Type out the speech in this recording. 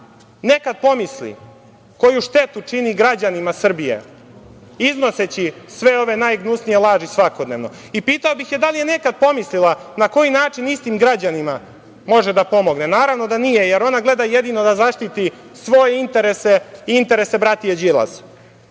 nekad pomisli koju štetu čini građanima Srbije iznoseći sve ove najgnusnije laži svakodnevno i pitao bih je da li je nekada pomislila na koji način istim građanima može da pomogne. Naravno da nije, jer ona gleda jedino da zaštiti svoje interese i interese bratije Đilas. Ja